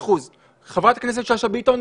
חברת הכנסת שאשא ביטון,